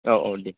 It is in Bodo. औ औ दे